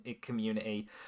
community